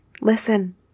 Listen